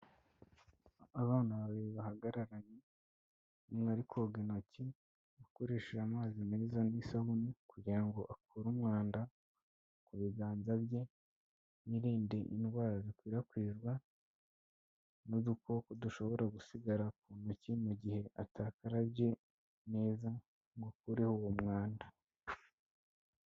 Abana babiri bahagararanye, umwe ari koga intoki, akoresheje amazi meza n'isabune, kugira ngo akure umwanda ku biganza bye, yirinde indwara zikwirakwizwa n'udukoko dushobora gusigara ku ntoki, mu gihe atakarabye neza ngo akureho uwo mwanda.